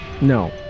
No